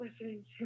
listening